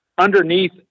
underneath